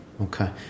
Okay